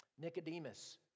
Nicodemus